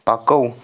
پکو